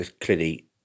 clearly